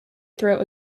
throw